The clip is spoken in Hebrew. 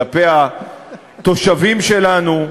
כלפי התושבים שלנו.